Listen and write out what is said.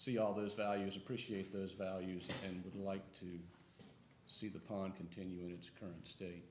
see all those values appreciate those values and would like to see the pond continue its current state